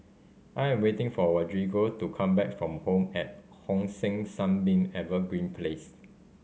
I am waiting for Rodrigo to come back from Home at Hong San Sunbeam Evergreen Place